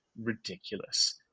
ridiculous